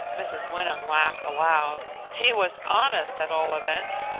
mrs. wyndham laughed aloud. he was honest, at all events.